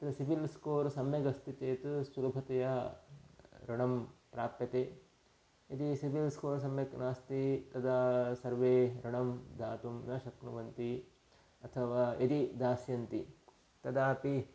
तद् सिविल् स्कोर् सम्यगस्ति चेत् सुलभतया ऋणं प्राप्यते यदि सिविल् स्कोर् सम्यक् नास्ति तदा सर्वे ऋणं दातुं न शक्नुवन्ति अथवा यदि दास्यन्ति तदापि